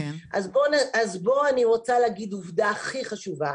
אז בואו אני רוצה להגיד עובדה הכי חשובה: